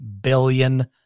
billion